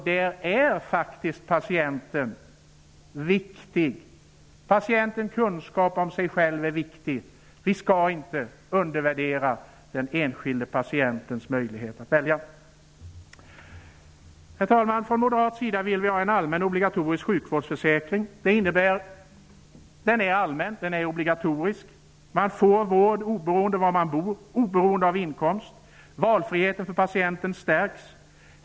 Där är patientens kunskap som sig själv viktig. Vi skall inte undervärdera den enskilde patientens möjlighet att välja. Herr talman! Från Moderaterna vill vi ha en allmän obligatorisk sjukvårdsförsäkring. Det innebär att den skall vara allmän och obligatorisk. Man får vård oberoende av var man bor och oberoende av inkomst. Valfriheten för patienten stärks.